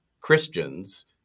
Christians